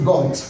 God